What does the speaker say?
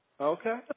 Okay